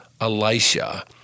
Elisha